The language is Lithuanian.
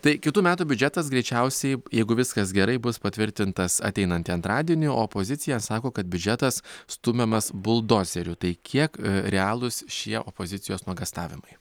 tai kitų metų biudžetas greičiausiai jeigu viskas gerai bus patvirtintas ateinantį antradienį o opozicija sako kad biudžetas stumiamas buldozeriu tai kiek realūs šie opozicijos nuogąstavimai